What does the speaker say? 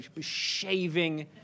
shaving